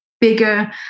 bigger